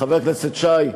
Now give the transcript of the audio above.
חבר הכנסת שי,